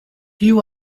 you